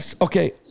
Okay